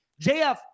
JF